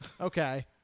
okay